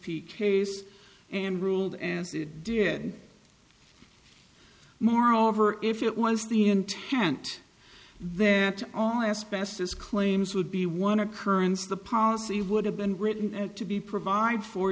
p case and ruled as it did moreover if it was the intent that only as best as claims would be one occurrence the policy would have been written and to be provide for